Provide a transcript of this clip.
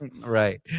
Right